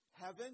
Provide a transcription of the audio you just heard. heaven